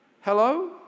Hello